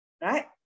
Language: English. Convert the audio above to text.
right